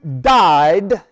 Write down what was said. died